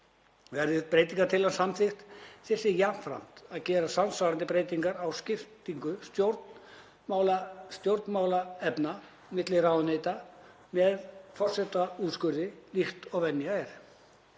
Verði breytingartillagan samþykkt þyrfti jafnframt að gera samsvarandi breytingar á skiptingu stjórnarmálefna milli ráðuneyta með forsetaúrskurði líkt og venja er.